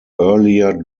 earlier